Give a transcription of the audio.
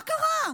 מה קרה,